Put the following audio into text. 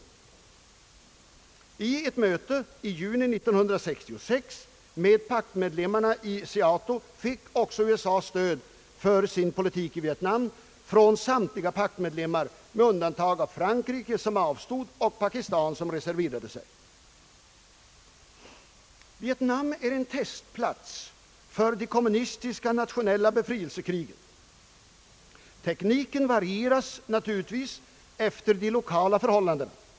Vid ett möte med paktmedlemmarna i SEATO i juni 1966 fick också USA stöd från samtliga paktmedlemmar för sin politik i Vietnam, bortsett från Frank Vietnam är en testplats för de kommunistiska »nationella befrielsekrigen«. Tekniken varieras naturligtvis efter de lokala förhållandena.